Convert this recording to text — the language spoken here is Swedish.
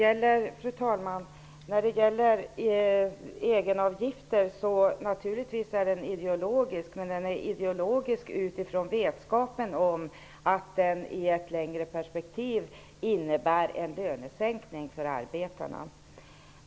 Fru talman! Frågan om egenavgifter är naturligtvis ideologisk. Det är den utifrån vetskapen att egenavgiften i ett längre perspektiv innebär en lönesänkning för arbetarna.